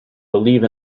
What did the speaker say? believe